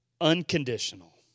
unconditional